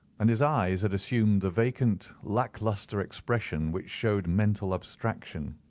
and his eyes had assumed the vacant, lack-lustre expression which showed mental abstraction.